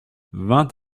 vingt